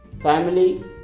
family